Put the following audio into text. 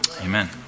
amen